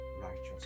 righteous